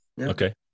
Okay